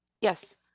Yes